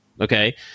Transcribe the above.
okay